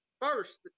first